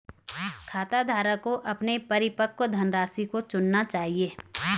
खाताधारक को अपने परिपक्व धनराशि को चुनना चाहिए